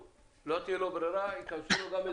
לא תהיה ברירה, ייכנסו גם לאזורים הללו.